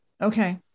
okay